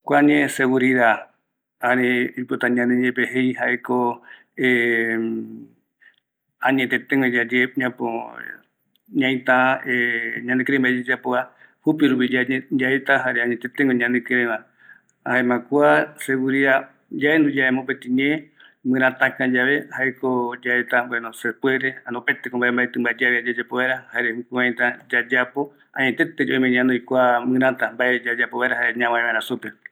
Oimeta ko kia añetete yayangareko o oyangareko yandere erei ikaviyaeko yande ñanoi añetete yayaiu reve ipuereta kia oyangareko yandere o yayangareko oyue, jokua ko ikaviyae yandendie